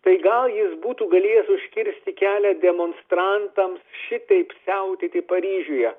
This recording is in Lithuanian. tai gal jis būtų galėjęs užkirsti kelią demonstrantams šitaip siautėti paryžiuje